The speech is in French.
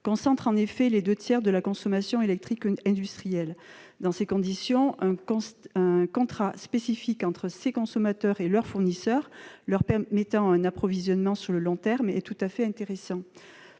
concentrent les deux tiers de la consommation électrique industrielle. Dans ces conditions, un contrat spécifique entre ces consommateurs et leurs fournisseurs, leur permettant un approvisionnement sur le long terme, est tout à fait intéressant.